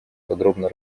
подробно